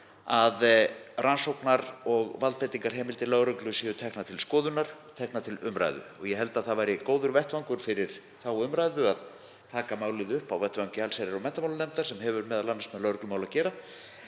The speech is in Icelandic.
að rannsóknar- og valdbeitingarheimildir lögreglu séu teknar til skoðunar, teknar til umræðu. Ég held að það væri gott fyrir þá umræðu að taka málið upp á vettvangi allsherjar- og menntamálanefndar, sem hefur m.a. með lögreglumál að gera,